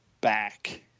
Back